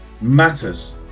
matters